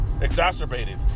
exacerbated